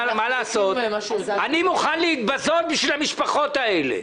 מה לעשות, אני מוכן להתבזות בשביל המשפחות האלה.